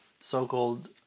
so-called